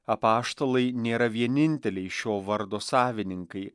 apaštalai nėra vieninteliai šio vardo savininkai